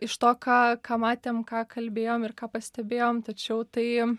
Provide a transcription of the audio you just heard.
iš to ką ką matėm ką kalbėjom ir ką pastebėjom tačiau tai